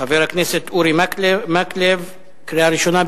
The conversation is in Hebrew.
חבר הכנסת אורי מקלב, קריאה ראשונה.